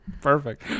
perfect